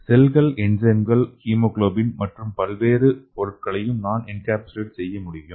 செல்கள் என்சைம்கள் ஹீமோகுளோபின் மற்றும் பல்வேறு பொருட்களை நாம் என்கேப்சுலேட் செய்ய முடியும்